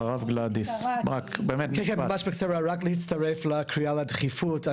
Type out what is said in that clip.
אני רק רוצה רק להצטרף לקריאה לדחיפות,